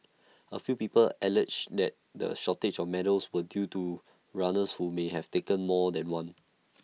A few people alleged that the shortage of medals was due to runners who may have taken more than one